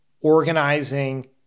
organizing